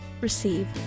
receive